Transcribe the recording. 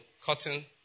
cotton